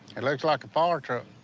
it looks like a fire truck.